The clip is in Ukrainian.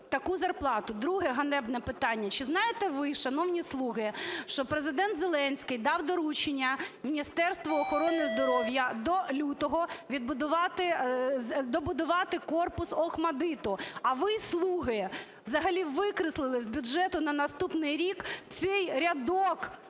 таку зарплату? Друге ганебне питання. Чи знаєте ви, шановні слуги, що Президент Зеленський дав доручення Міністерству охорони здоров'я до лютого відбудувати… добудувати корпус ОХМАТДИТУ. А ви, "слуги", взагалі викреслили з бюджету на наступний рік цей рядок